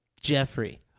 Jeffrey